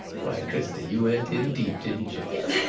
why, krista, you went in deep, didn't you yes.